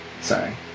Sorry